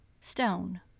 stone